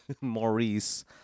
Maurice